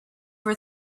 were